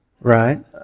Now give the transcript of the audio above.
right